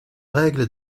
règles